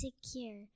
secure